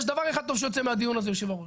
יש דבר אחד טוב שיוצא מהדיון הזה, היו"ר.